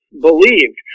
believed